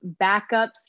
backups